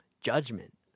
judgment